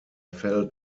fell